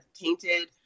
tainted